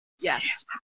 Yes